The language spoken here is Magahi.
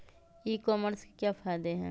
ई कॉमर्स के क्या फायदे हैं?